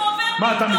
ראש הממשלה שלך